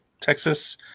Texas